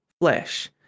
flesh